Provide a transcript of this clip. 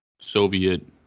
Soviet